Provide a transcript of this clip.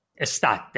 Estate